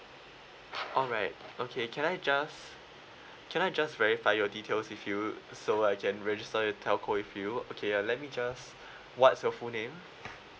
alright okay can I just can I just verify your details with you so I can register the telco with you okay ah let me just what's your full name